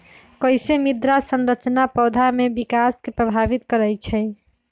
कईसे मृदा संरचना पौधा में विकास के प्रभावित करई छई?